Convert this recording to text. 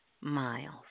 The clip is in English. miles